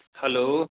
hello